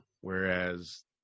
whereas